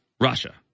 Russia